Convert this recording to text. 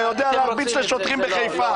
אתה יודע להרביץ לשוטרים בחיפה.